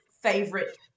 favorite